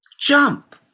Jump